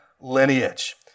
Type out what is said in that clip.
lineage